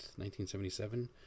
1977